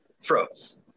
Froze